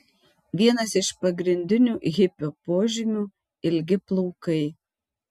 vienas iš pagrindinių hipio požymių ilgi plaukai